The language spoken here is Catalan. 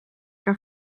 què